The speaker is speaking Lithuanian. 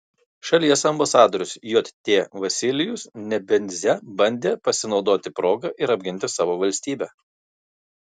šalies ambasadorius jt vasilijus nebenzia bandė pasinaudoti proga ir apginti savo valstybę